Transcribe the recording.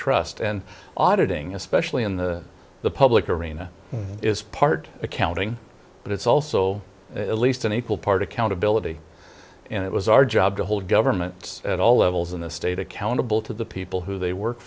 trust and auditing especially in the the public arena is part accounting but it's also elites an equal part accountability and it was our job to hold governments at all levels in the state accountable to the people who they work